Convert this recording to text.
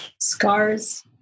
scars